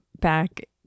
back